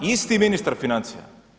Isti ministar financija.